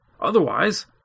Otherwise